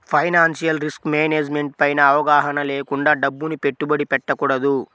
financial risk management పైన అవగాహన లేకుండా డబ్బుని పెట్టుబడి పెట్టకూడదు